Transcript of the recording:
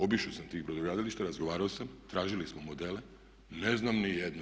Obišao sam tih brodogradilišta, razgovarao sam, tražili smo modele, ne znam niti jednu.